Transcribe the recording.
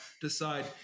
decide